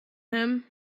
him